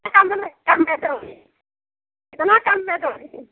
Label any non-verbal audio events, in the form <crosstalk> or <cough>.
<unintelligible> कितना करने दो